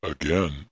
Again